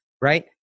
right